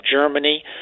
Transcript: Germany